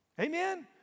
amen